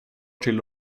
till